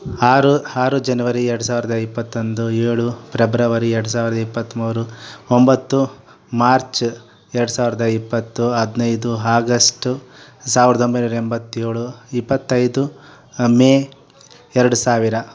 ಆರು ಆರು ಜನವರಿ ಎರ್ಡು ಸಾವ್ರದ ಇಪ್ಪತ್ತೊಂದು ಏಳು ಪ್ರೆಬ್ರವರಿ ಎರ್ಡು ಸಾವಿರ್ದ ಇಪ್ಪತ್ತ್ಮೂರು ಒಂಬತ್ತು ಮಾರ್ಚ್ ಎರ್ಡು ಸಾವ್ರದ ಇಪ್ಪತ್ತು ಹದ್ನೈದು ಹಾಗಸ್ಟು ಸಾವ್ರ್ದ ಒಂಬೈನೂರ ಎಂಬತ್ತೇಳು ಇಪ್ಪತ್ತೈದು ಮೇ ಎರ್ಡು ಸಾವಿರ